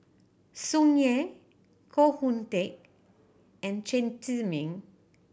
Tsung Yeh Koh Hoon Teck and Chen Zhiming